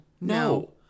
No